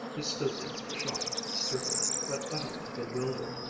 he stood there, shocked, stricken, but utterly bewildered,